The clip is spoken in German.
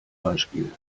beispiel